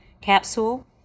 capsule